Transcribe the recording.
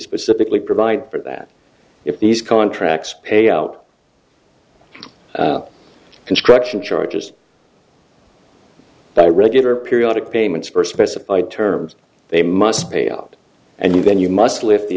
specifically provide for that if these contracts pay out construction charges that regular periodic payments for specified terms they must pay out and then you must lift the